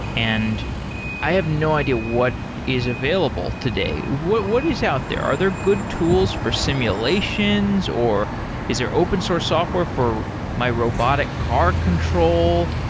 and i have no idea what is available today. what what is out there? are other good tools for simulations, or is there open source software for my robotic car control?